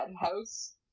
house